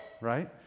Right